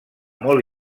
molt